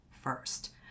first